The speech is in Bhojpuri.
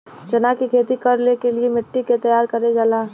चना की खेती कर के लिए मिट्टी कैसे तैयार करें जाला?